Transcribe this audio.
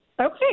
Okay